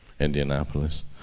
Indianapolis